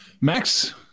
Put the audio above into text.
Max